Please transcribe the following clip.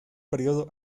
período